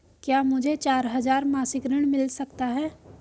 क्या मुझे चार हजार मासिक ऋण मिल सकता है?